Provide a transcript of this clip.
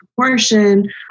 proportion